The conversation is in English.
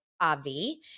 Avi